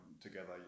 Together